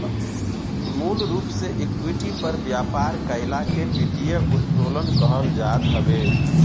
मूल रूप से इक्विटी पर व्यापार कईला के वित्तीय उत्तोलन कहल जात हवे